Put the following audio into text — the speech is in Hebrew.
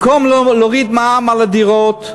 במקום להוריד מע"מ על הדירות,